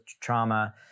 trauma